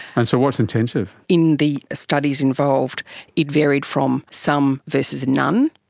and so what is intensive? in the studies involved it varied from some verses none,